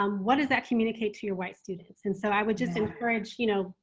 um what does that communicate to your white students? and so i would just encourage, you know,